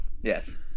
yes